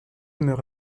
meurt